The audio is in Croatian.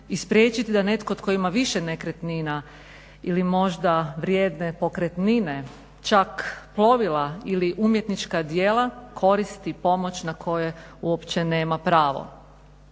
spriječiti da netko tko ima više nekretnina ili možda vrijedne pokretnine čak plovila ili umjetnička djela koristi pomoć na koju uopće nema pravo.